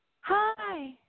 Hi